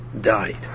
died